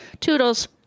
Toodles